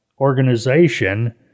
organization